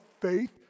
faith